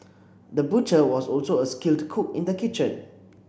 the butcher was also a skilled cook in the kitchen